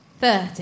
thirty